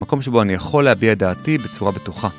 מקום שבו אני יכול להביע דעתי בצורה בטוחה.